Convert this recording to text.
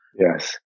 yes